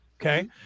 Okay